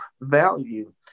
value